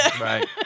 Right